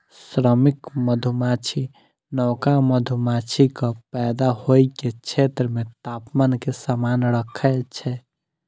श्रमिक मधुमाछी नवका मधुमाछीक पैदा होइ के क्षेत्र मे तापमान कें समान राखै छै